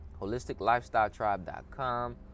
holisticlifestyletribe.com